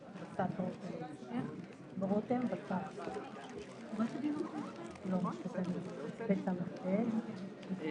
11:00.